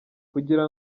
kugira